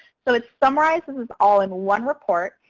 so it summarizes all in one report.